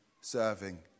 serving